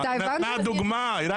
היא רק נתנה דוגמה.